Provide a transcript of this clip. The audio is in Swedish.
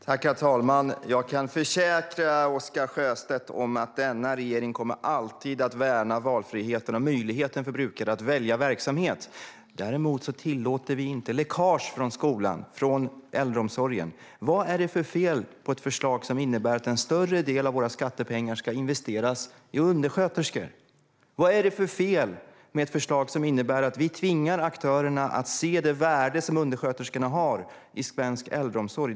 Herr talman! Jag kan försäkra Oscar Sjöstedt att denna regering alltid kommer att värna valfriheten och möjligheten för brukare att välja verksamhet. Däremot tillåter vi inte läckage från skolan och äldreomsorgen. Vad är det för fel på ett förslag som innebär att en större del av våra skattepengar ska investeras i undersköterskor? Vad är det för fel med ett förslag som innebär att vi tvingar aktörerna att se det värde som undersköterskorna har i svensk äldreomsorg?